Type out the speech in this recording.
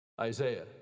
Isaiah